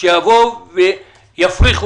בריטיש איירווייס איתי עצמון נעמה דניאל